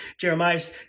Jeremiah's